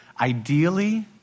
ideally